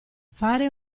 fare